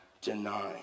deny